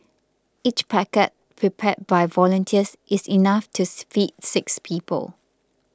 each packet prepared by volunteers is enough tooth feed six people